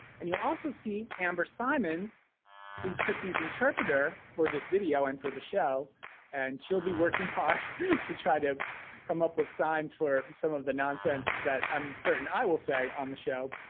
and you'll also see amber simons who is kristy's interpreter for this video and for the show and she'll be working hard to try to come up with signs for some of the nonsense that i'm certain i will say on the show.